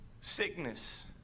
sickness